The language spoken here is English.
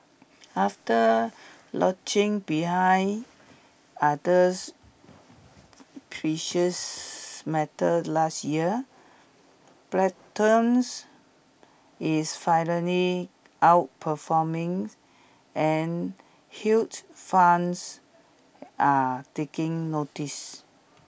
after lagging behind others precious metal last year platinum's is finally outperforming and hedge funds are taking notice